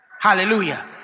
Hallelujah